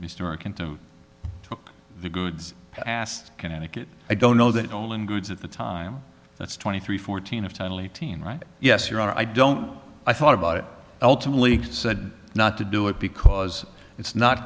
you took the goods passed connecticut i don't know that all in goods at the time that's twenty three fourteen of title eighteen right yes your honor i don't know i thought about it ultimately said not to do it because it's not